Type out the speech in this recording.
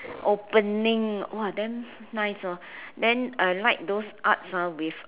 opening !wah! damn nice hor then I like those arts ah with uh